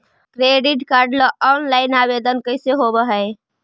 Credit card ल online आवेदन कैसे होब है?